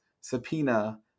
subpoena